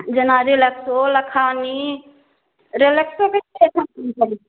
जेना रिलेक्सो लखानी रिलेक्सोके अइठाम कोन करै छियै